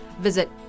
visit